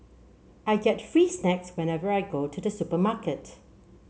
I get free snacks whenever I go to the supermarket